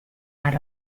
out